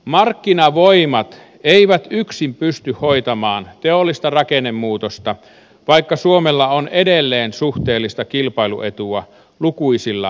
markkinavoimat eivät yksin pysty hoitamaan teollista rakennemuutosta vaikka suomella on edelleen suhteellista kilpailuetua lukuisilla aloilla